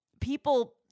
people